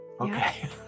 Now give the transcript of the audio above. Okay